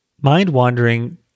mind-wandering